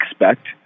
expect